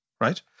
right